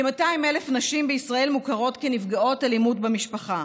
כ-200,000 נשים בישראל מוכרות כנפגעות אלימות במשפחה,